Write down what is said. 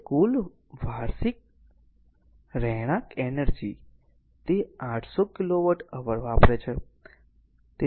હવે કુલ r વાર્ષિક r રહેણાંક એનર્જી તે 800 કિલોવોટ અવર વાપરે છે